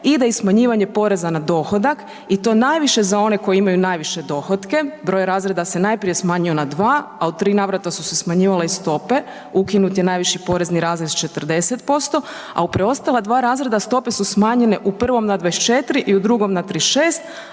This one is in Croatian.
i da i smanjivanje poreza na dohodak i to najviše za one koji imaju najviše dohotke, broj razreda se najprije smanjio na dva a u tri navrata su se smanjivale u stope, ukinut je najviši porezni razred s 40% a u preostala dva razreda stope su smanjene u prvom na 24 i u drugom na 36